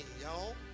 y'all